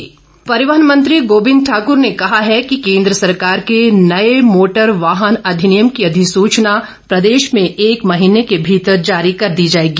गोविंद ठाकुर परिवहन मंत्री गोविंद ठाकुर ने कहा है कि केंद्र सरकार के नए मोटर वाहन अधिनियम की अधिसूचना प्रदेश में एक महीने के भीतर जारी कर दी जाएगी